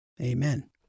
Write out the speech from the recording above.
Amen